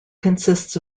consists